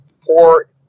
poor